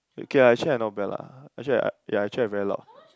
okay ah actually I not bad lah actually I yeah actually I very loud